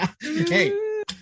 Hey